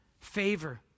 favor